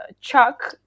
Chuck